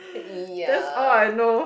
ya